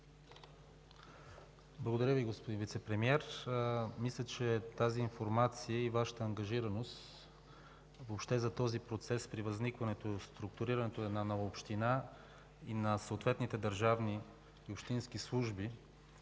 Благодаря Ви, господин Вицепремиер. Мисля, че тази информация и Вашата ангажираност въобще за този процес при възникването и структурирането на една нова община и на съответните държавни и общински служби